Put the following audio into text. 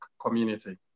community